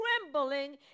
trembling